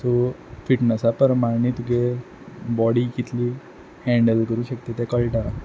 so फिटणसा परमाणे तुगे बॉडी कितली हँडल करूंक शकत तें कळटा